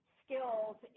skills